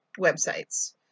websites